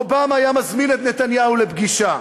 אובמה היה מזמין את נתניהו לפגישה,